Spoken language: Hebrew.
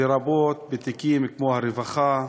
לרבות בתיקים כמו הרווחה,